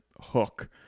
hook